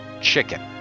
Chicken